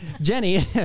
Jenny